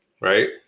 right